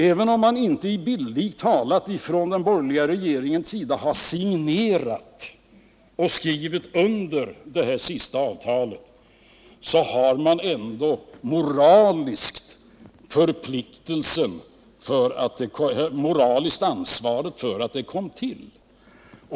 Även om man inte från den borgerliga regeringens sida bildligt talat har signerat och skrivit under detta senaste avtal, så har man ändå det moraliska ansvaret för att det kom till.